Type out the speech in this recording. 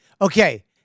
Okay